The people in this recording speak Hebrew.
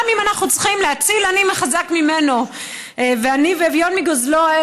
גם אם אנחנו צריכים להציל עני מחזק ממנו ועני ואביון מגוזלו.